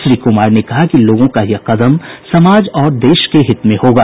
श्री कुमार ने कहा कि लोगों का यह कदम समाज और देश के हित में होगा